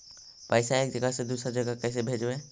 पैसा एक जगह से दुसरे जगह कैसे भेजवय?